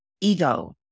ego